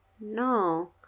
no